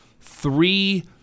three